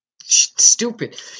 stupid